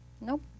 Nope